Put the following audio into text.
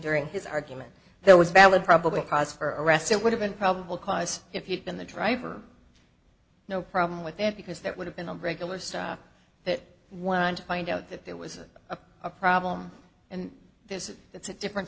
during his argument there was valid probable cause for arrest it would have been probable cause if he'd been the driver no problem with that because that would have been a regular so that one to find out that there was a problem and this is that's a different